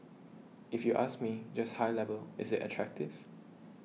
if you ask me just high level is it attractive